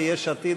ביש עתיד,